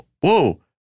whoa